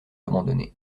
abandonné